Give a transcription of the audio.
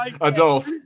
adult